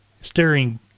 steering